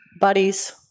buddies